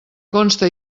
conste